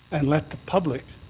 and let the public